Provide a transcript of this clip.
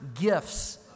gifts